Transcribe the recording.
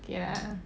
ya